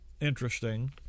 interesting